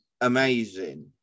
amazing